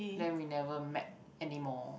then we never met anymore